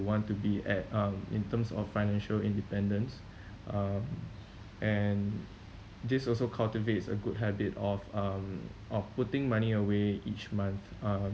want to be at um in terms of financial independence um and this also cultivates a good habit of um of putting money away each month um